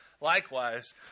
Likewise